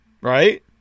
right